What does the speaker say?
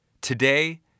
Today